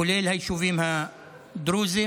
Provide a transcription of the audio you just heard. כולל היישובים הדרוזיים,